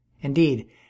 Indeed